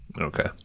Okay